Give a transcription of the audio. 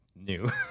new